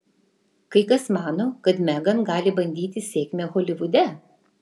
kai kas mano kad megan gali bandyti sėkmę holivude